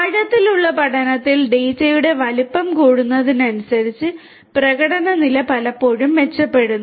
ആഴത്തിലുള്ള പഠനത്തിൽ ഡാറ്റയുടെ വലുപ്പം കൂടുന്നതിനനുസരിച്ച് പ്രകടന നില പലപ്പോഴും മെച്ചപ്പെടുന്നു